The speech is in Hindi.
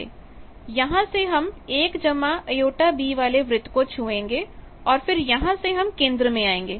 यहां से हम 1jb वाले वृत्त को छुएंगे और फिर यहां से हम केंद्र में आएंगे